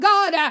God